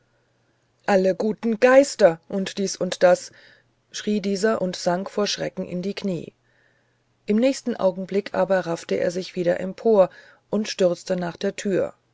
alle guten geister und dies und das schrie dieser und sank vor schreck in die knie im nächsten augenblick aber raffte er sich wieder empor und stürzte nach der tür